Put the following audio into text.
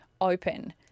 open